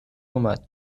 اومد